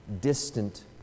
distant